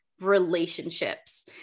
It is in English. relationships